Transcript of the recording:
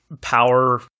power